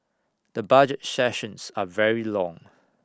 the budget sessions are very long